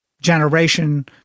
generation